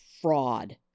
fraud